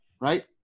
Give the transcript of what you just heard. right